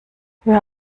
höher